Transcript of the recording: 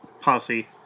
posse